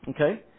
okay